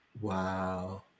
Wow